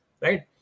right